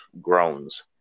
groans